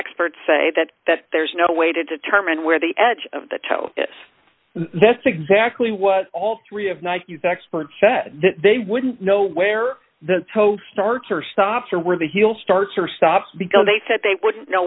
experts say that that there's no way to determine where the edge of the toe is that's exactly what all three of nice experts said they wouldn't know where the post starts or stops or where the heel starts or stops because they said they wouldn't know